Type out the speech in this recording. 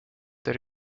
that